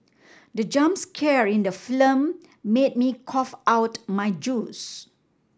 the jump scare in the film made me cough out my juice